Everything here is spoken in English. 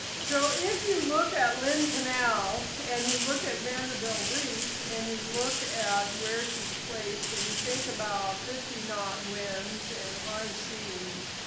so if you look at lynn canal, and you look at vanderbilt reef, and you look at where she's placed, and you think about fifty knot winds and high seas,